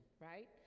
right